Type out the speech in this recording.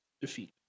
defeat